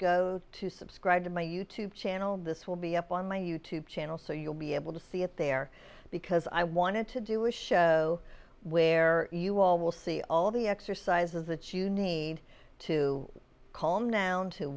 goes to subscribe to my you tube channel and this will be up on my youtube channel so you'll be able to see it there because i wanted to do a show where you all will see all the exercises that you need to calm down to